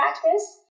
practice